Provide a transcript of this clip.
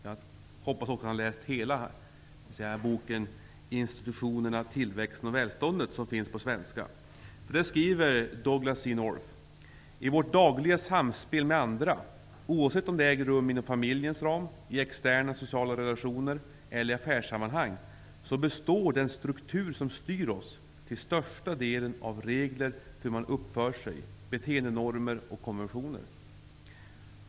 Jag hoppas att Johan Lönnroth har läst hela boken Institutionerna, tillväxten och välståndet, som finns utgiven på svenska. Där skriver Douglass C. North: ''I vårt dagliga samspel med andra, oavsett om det äger rum inom familjens ram, i externa sociala relationer eller i affärssammanhang, består den struktur som styr oss till största delen av regler för hur man uppför sig, beteendenormer och konventioner.''